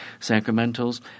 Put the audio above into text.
sacramentals